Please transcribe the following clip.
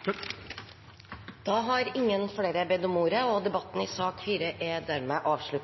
Flere har ikke bedt om ordet